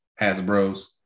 Hasbros